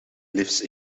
lives